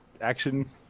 action